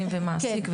אני ומעסיק,